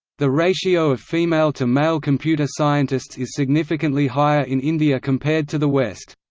the ratio of female to male computer scientists is significantly higher in india compared to the west.